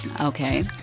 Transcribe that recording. okay